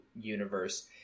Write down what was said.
universe